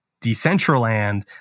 Decentraland